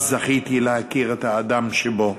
אז זכיתי להכיר את האדם שבו.